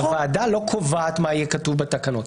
הוועדה לא קובעת מה יהיה כתוב בתקנות,